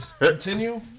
continue